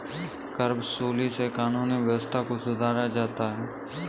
करवसूली से कानूनी व्यवस्था को सुधारा जाता है